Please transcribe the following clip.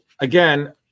again